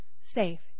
safe